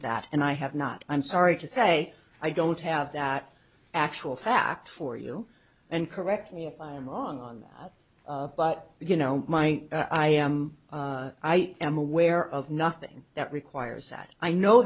that and i have not i'm sorry to say i don't have that actual fact for you and correct me if i'm wrong but you know my i am i am aware of nothing that requires that i know